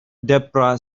debra